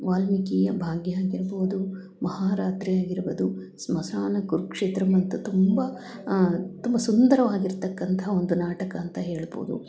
ವಾಲ್ಮೀಕಿಯ ಭಾಗ್ಯ ಆಗಿರ್ಬೋದು ಮಹಾರಾತ್ರಿ ಆಗಿರ್ಬೋದು ಸ್ಮಶಾನ ಕುರುಕ್ಷೇತ್ರಮ್ ಅಂತು ತುಂಬ ತುಂಬ ಸುಂದರವಾಗಿರತಕ್ಕಂತ ಒಂದು ನಾಟಕ ಅಂತ ಹೇಳ್ಬೋದು